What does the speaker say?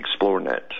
ExploreNet